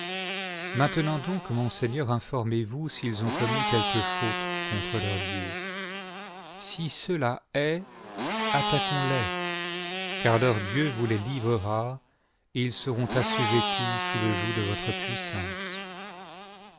maintenant donc mon seigneur informez-vous s'ils ont commis quelque faute contre leur dieu si cela est attaquons-les car leur dieu vous les livrera et ils seront assujettis sous le joug de votre puissance